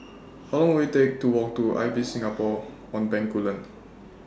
How Long Will IT Take to Walk to Ibis Singapore on Bencoolen